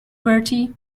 bertie